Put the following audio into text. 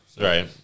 Right